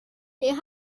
det